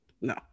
No